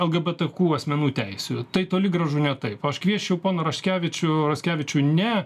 lgbtq asmenų teisių tai toli gražu ne taip aš kviesčiau poną raškevičių raskevičių ne